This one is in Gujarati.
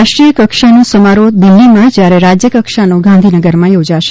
રાષ્ટ્રીય કક્ષાનો સમારોહ દિલ્હીમાં જ્યારે રાજ્ય કક્ષાનો ગાંધીનગરમાં યોજાશે